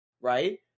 right